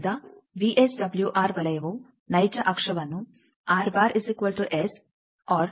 ಆದ್ದರಿಂದ ವಿಎಸ್ಡಬ್ಲ್ಯೂಆರ್ ವಲಯವು ನೈಜ ಅಕ್ಷವನ್ನು ರಲ್ಲಿ ಕತ್ತರಿಸುತ್ತದೆ